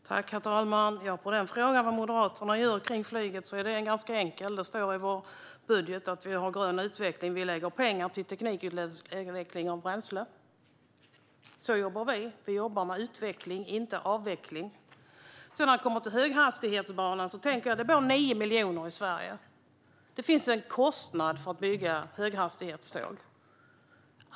Herr talman! Svaret på frågan vad Moderaterna gör kring flyget är enkelt. Det står i vår budget att vi har grön utveckling. Vi lägger pengar på teknikutveckling av bränsle. Så jobbar vi. Vi jobbar med utveckling, inte avveckling. När det gäller höghastighetsbanor tänker jag: Det bor 9 miljoner i Sverige. Det finns en kostnad för att bygga höghastighetståg.